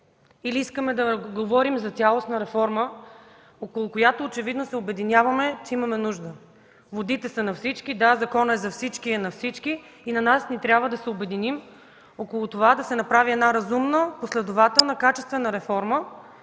или искаме да говорим за цялостна реформа, около която очевидно се обединяваме, че имаме нужда? Водите са на всички – да, законът е за всички и е на всички, и на нас ни трябва да се обединим около това да се направи една разумна, последователна, качествена реформа,